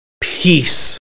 peace